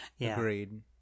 Agreed